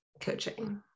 coaching